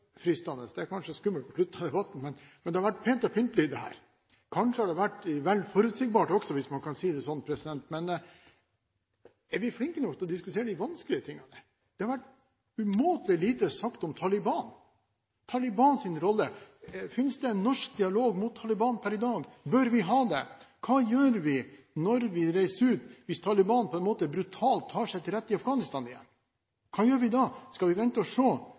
fristende – det er kanskje skummelt på slutten av debatten, men det har vært pent og pyntelig, dette, kanskje har det vært vel forutsigbart også, hvis man kan si det sånn – å spørre om vi er flinke nok til å diskutere de vanskelige tingene. Det har vært umåtelig lite sagt om Taliban og Talibans rolle. Fins det en norsk dialog mot Taliban per i dag? Bør vi ha det? Hva gjør vi når vi reiser ut, hvis Taliban brutalt tar seg til rette i Afghanistan igjen? Hva gjør vi da? Skal vi vente og se, eller skal vi tørre å